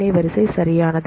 ஏ வரிசை சரியானது